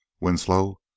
Winslow